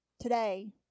today